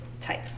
type